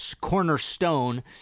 cornerstone